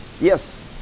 Yes